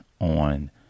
on